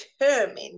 determined